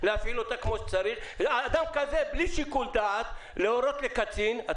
את שיקול דעתו לא במסגרת הקריטריונים הברורים